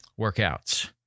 workouts